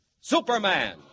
Superman